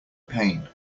pain